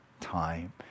time